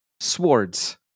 Swords